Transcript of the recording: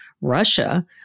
Russia